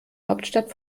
hauptstadt